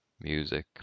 music